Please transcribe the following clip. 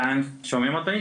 תציג את עצמך לפרוטוקול.